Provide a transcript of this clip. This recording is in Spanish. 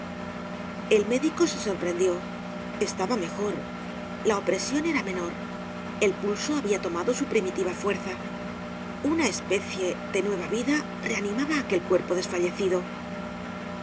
el médico se sorprendió estaba mejor la opresion era menor el pulso habia tomado su primitiva fuerza una especie de nueva vida reanimaba aquel cuerpo desfallecido